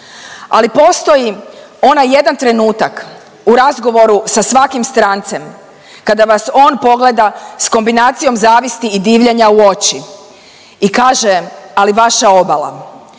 ali postoji onaj jedan trenutak u razgovoru sa svakim strancem kada vas on pogleda s kombinacijom zavisti i divljenja u oči i kaže, ali vaša obala.